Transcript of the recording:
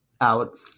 out